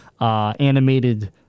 animated